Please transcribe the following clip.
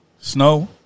Snow